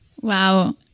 Wow